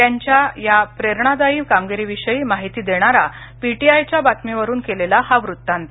त्यांच्या या प्रेरणादायी कामगिरीविषयी माहिती देणारा पीटीआयच्या बातमीवरून केलेला हा वृत्तांत